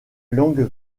langue